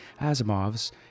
Asimov's